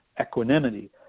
equanimity